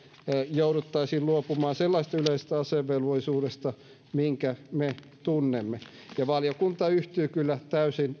jouduttaisiin luopumaan sellaisesta yleisestä asevelvollisuudesta minkä me tunnemme valiokunta omassa mietinnössään yhtyy kyllä täysin